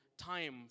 time